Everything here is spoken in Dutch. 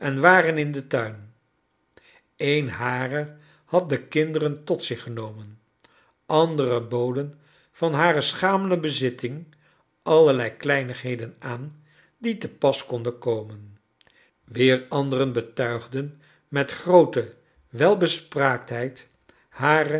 waren in den tuin een harer had de kinderen tot zich ge n omen anderen boden van hare schamele bezitting allerlei kleinigheden aan die te pas konden komen weer anderen betuigden met groote welbespra iktheid hnar